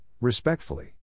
respectfully